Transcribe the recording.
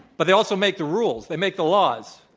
but they also make the rules. they make the laws.